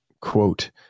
quote